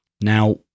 Now